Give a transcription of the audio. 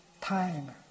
time